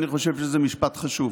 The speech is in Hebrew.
אני חושב שזה משפט חשוב: